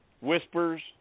Whispers